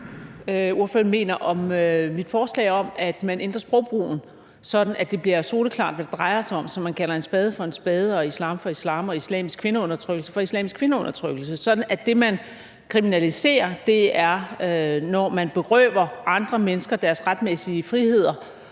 forslag om, at man ændrer sprogbrugen, sådan at det bliver soleklart, hvad det drejer sig om, og så man kalder en spade for en spade og islam for islam og islamisk kvindeundertrykkelse for islamisk kvindeundertrykkelse, sådan at det, man kriminaliserer, er, når nogen berøver andre mennesker deres retmæssige friheder